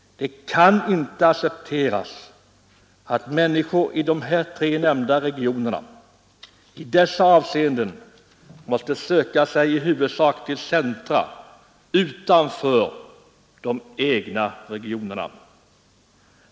Det kan inte accepteras att människor i de tre nämnda regionerna i dessa avseenden måste söka sig i huvudsak till centra utanför de egna regionerna.